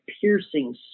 piercing